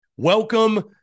Welcome